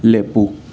ꯂꯦꯞꯄꯨ